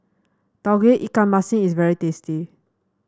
Tauge Ikan Masin is very tasty